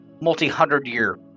multi-hundred-year